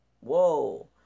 Whoa